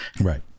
right